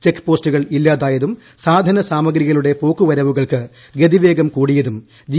check പ്രോസ്റ്റുകൾ ഇല്ലാതായതും സാധന സാമഗ്രികളുടെ പോക്കുവരവൂക്ർക്ക് ഗതിവേഗം കൂടിയതും ജി